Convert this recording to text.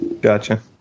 Gotcha